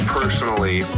personally